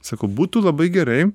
sakau būtų labai gerai